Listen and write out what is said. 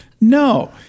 no